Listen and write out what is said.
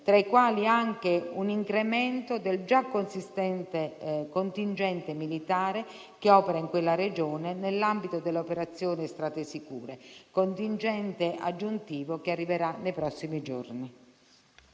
tra i quali anche un incremento del già consistente contingente militare che opera in quella Regione nell'ambito dell'operazione Strade sicure (contingente aggiuntivo che arriverà nei prossimi giorni).